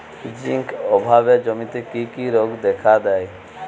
Zinc অভাবে জমিতে কি কি রোগ দেখাদেয়?